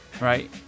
Right